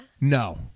No